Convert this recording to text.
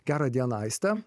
gerą dieną aiste